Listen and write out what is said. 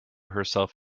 herself